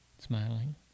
smiling